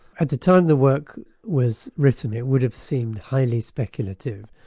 at the time the work was written, it would have seemed highly speculative,